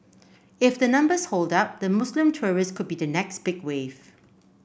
if the numbers hold up the Muslim tourist could be the next big wave